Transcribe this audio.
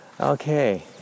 Okay